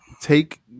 Take